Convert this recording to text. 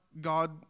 God